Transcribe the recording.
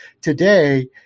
today